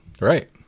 right